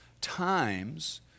times